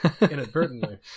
inadvertently